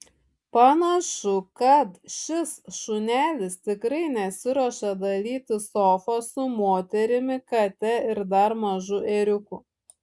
panašu kad šis šunelis tikrai nesiruošia dalytis sofa su moterimi kate ir dar mažu ėriuku